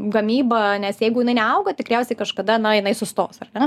gamyba nes jeigu jinai neauga tikriausiai kažkada jinai sustos ar ne